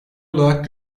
olarak